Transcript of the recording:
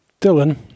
Dylan